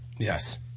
Yes